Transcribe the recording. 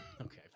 Okay